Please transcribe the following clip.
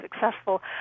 successful